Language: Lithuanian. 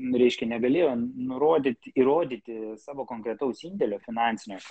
reiškia negalėjo nurodyt įrodyti savo konkretaus indėlio finansinio